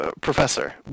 Professor